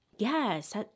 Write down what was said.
Yes